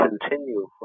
continue